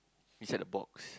beside the box